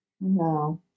No